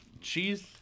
Cheese